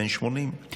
בן 80,